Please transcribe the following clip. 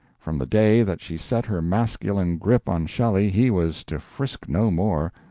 from the day that she set her masculine grip on shelley he was to frisk no more.